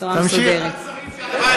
סגן שר האוצר, בבקשה.